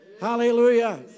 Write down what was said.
Hallelujah